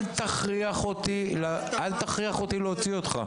אל תכריח אותי להוציא אותך.